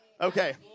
Okay